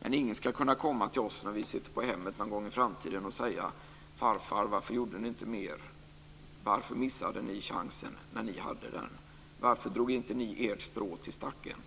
Men ingen ska kunna komma till oss när vi sitter på hemmet någon gång i framtiden och säga: "Farfar, varför gjorde ni inte mer? Varför missade ni chansen när ni hade den? Varför drog ni inte ert strå till stacken?"